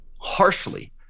harshly